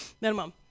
Minimum